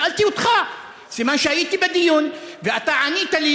שאלתי אותך, סימן שהייתי בדיון, ואתה ענית לי: